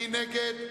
מי נגד?